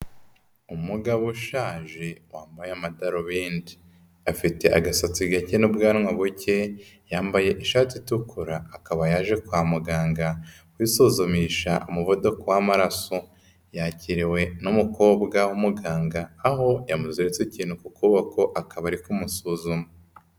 Umugabo ushaje wambaye amadarubindi, afite agasatsi gake n'ubwanwa buke, yambaye ishati itukura akaba yaje kwa muganga kwisuzumisha umuvuduko w'amaraso, yakiriwe n'umukobwa w'umuganga aho yamuziritse ikintu ku kuboko akaba ari kumusuzuma.